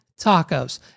tacos